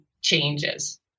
changes